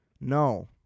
No